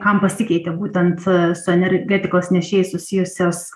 kam pasikeitė būtent su energetikos nėšėjais susijusios